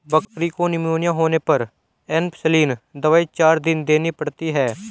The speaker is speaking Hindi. बकरी को निमोनिया होने पर एंपसलीन दवाई चार दिन देनी पड़ती है